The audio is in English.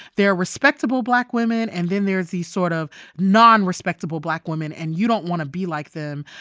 there are respectable black women and then there's these sort of nonrespectable black women. and you don't want to be like them.